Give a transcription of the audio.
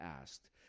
asked